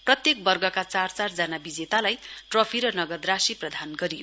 प्रत्येक वर्गका चार चार जना विजेतालाई ट्रफी र नगद राशि प्रदान गरियो